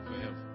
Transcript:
forever